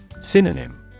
Synonym